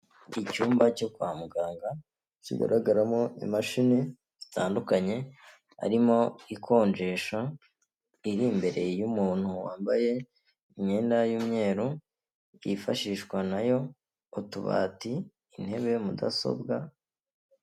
Icyumba cyo kwa muganga kigaragaramo imashini zitandukanye, harimo ikonjesha iri imbere y'umuntu wambaye imyenda y'umweru kifashishwa nayo utubati, intebe, mudasobwa.